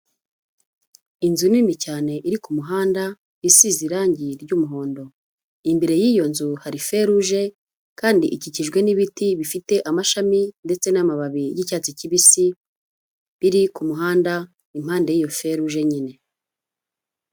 Inzu nini cyane iri ku muhanda, isize irangi ry'umuhondo, imbere y'iyo nzu hari feruje, kandi ikikijwe n'ibiti bifite amashami ndetse n'amababi y'icyatsi kibisi biri ku muhanda impande y'iyo feruje nyine.